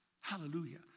Hallelujah